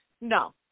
No